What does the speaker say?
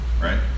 right